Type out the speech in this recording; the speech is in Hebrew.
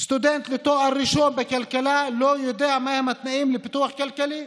סטודנט לתואר ראשון בכלכלה שלא יודע מהם התנאים לפיתוח כלכלי.